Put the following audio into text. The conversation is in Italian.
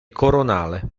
coronale